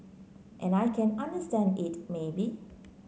and I can understand it maybe